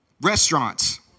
restaurants